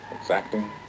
exacting